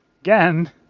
Again